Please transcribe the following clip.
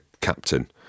Captain